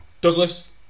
Douglas